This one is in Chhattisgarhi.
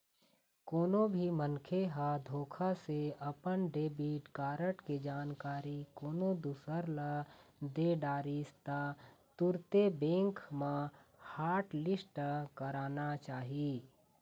कोनो भी मनखे ह धोखा से अपन डेबिट कारड के जानकारी कोनो दूसर ल दे डरिस त तुरते बेंक म हॉटलिस्ट कराना चाही